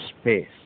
space